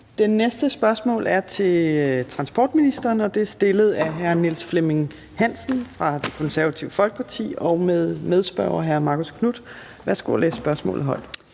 Det næste spørgsmål er til transportministeren, og det er stillet af hr. Niels Flemming Hansen fra Det Konservative Folkeparti. Og hr. Marcus Knuth er medspørger.